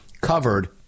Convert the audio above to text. covered